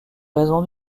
raison